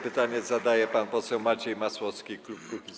Pytanie zadaje pan poseł Maciej Masłowski, klub Kukiz’15.